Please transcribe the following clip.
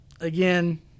again